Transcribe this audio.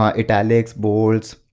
um italics, bolds,